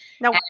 Now